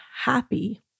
happy